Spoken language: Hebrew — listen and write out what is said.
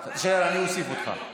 אני אוסיף אותך.